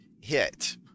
hit